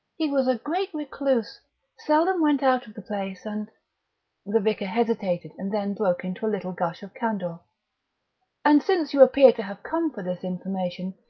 he was a great recluse seldom went out of the place, and the vicar hesitated and then broke into a little gush of candour and since you appear to have come for this information,